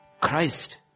Christ